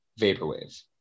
vaporwave